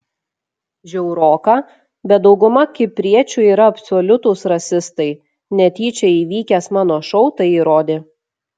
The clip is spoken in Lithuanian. žiauroka bet dauguma kipriečių yra absoliutūs rasistai netyčia įvykęs mano šou tai įrodė